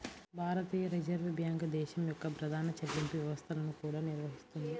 భారతీయ reserve bank దేశం యొక్క ప్రధాన చెల్లింపు వ్యవస్థలను కూడా నిర్వహిస్తుంది